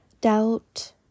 doubt